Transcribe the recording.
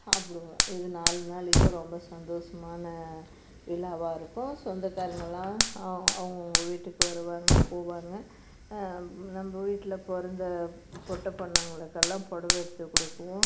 சாப்பிடுவோம் இது நாலு நாளைக்கும் ரொம்ப சந்தோசமான விழாவா இருக்கும் சொந்தக்காரங்கலாம் அவங்க அவங்கவுங்க வீட்டுக்கு வருவாங்க போவாங்க நம்ம வீட்டில் பிறந்த பொட்டை பொண்ணுங்களுக்கெல்லாம் புடவ எடுத்து கொடுப்போம்